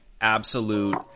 absolute